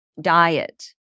diet